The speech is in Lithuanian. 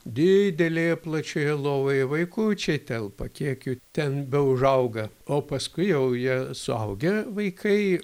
didelėje plačioje lovoje vaikučiai telpa kiek jų ten beužauga o paskui jau jie suaugę vaikai